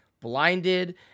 blinded